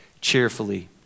cheerfully